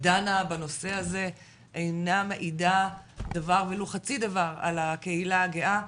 דנה בנושא הזה אינה מעידה דבר ולו חצי דבר על הקהילה הגאה,